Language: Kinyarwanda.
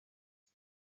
iza